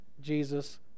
Jesus